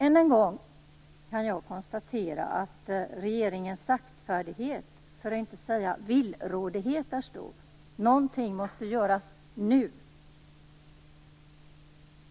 Än en gång kan jag konstatera att regeringens saktfärdighet, för att inte säga villrådighet, är stor. Någonting måste göras nu.